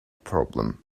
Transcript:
problem